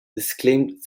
disclaimed